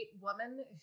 woman